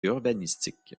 urbanistique